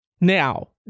Now